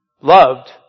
loved